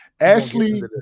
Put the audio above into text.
Ashley